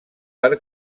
per